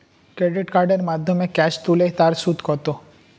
Credit কার্ডের মাধ্যমে cash তুলে তার সুদ কত?